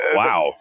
wow